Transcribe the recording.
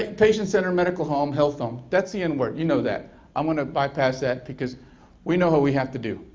ah patient centered medical home, health home that's the n word you know that i want to bypass that because we know what we have to do.